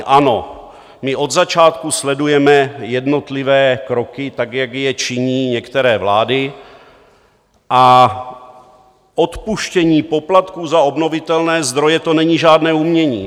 Ano, my od začátku sledujeme jednotlivé kroky tak, jak je činí některé vlády, a odpuštění poplatků za obnovitelné zdroje není žádné umění.